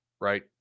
right